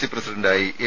C പ്രസിഡന്റായി M